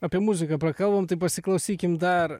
apie muziką prakalbom tai pasiklausykim dar